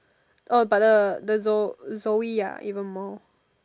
uh but the the Zo~ Zoey ah even more